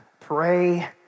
pray